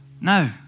no